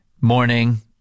Morning